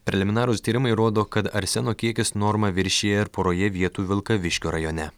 preliminarūs tyrimai rodo kad arseno kiekis normą viršija ir poroje vietų vilkaviškio rajone